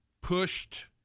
pushed